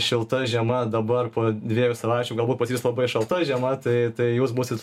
šilta žiema dabar po dviejų savaičių galbūt pasidarys labai šalta žiema tai tai jūs būsit